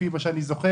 לפי מה שאני זוכר.